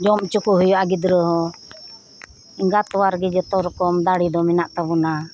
ᱡᱚᱢ ᱦᱚᱪᱚ ᱠᱚ ᱦᱳᱭᱳᱜᱼᱟ ᱜᱤᱫᱽᱨᱟᱹ ᱦᱚᱸ ᱮᱜᱟᱛ ᱛᱚᱣᱟ ᱨᱮᱜᱮ ᱡᱷᱚᱛᱚ ᱨᱚᱠᱚᱢ ᱫᱟᱲᱮ ᱫᱚ ᱢᱮᱱᱟᱜ ᱛᱟᱵᱚᱱᱟ